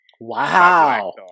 Wow